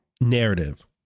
narrative